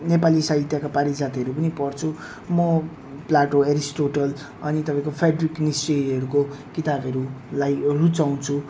नेपाली साहित्यका पारिजातिहरू पनि पढ्छु म प्लाटो एरिस्टोटल अनि तपाईँको फेड्रिक नित्सेहरूको किताबहरूलाई रुचाउँछु